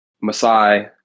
Masai